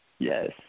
Yes